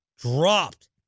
dropped